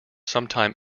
sometime